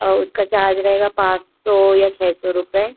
और उसका चार्ज रहेगा पाँच सौ या छः सौ रुपये